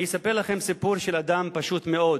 אני אספר לכם סיפור של אדם פשוט מאוד.